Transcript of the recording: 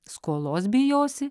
skolos bijosi